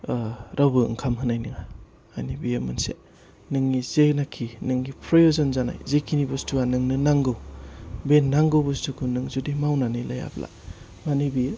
रावबो ओंखाम होनाय नङा माने बियो मोनसे नोंनि जायनाखि नोंनि फ्रयजन जानाय जेकिनि बुसथुआ नोंनो नांगौ बे नांगौ बुसथुखौ नों जुदि मावना लायाब्ला माने बियो